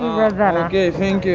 ravenna oh, ok. thank